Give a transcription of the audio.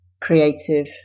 creative